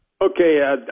Okay